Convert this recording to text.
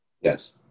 Yes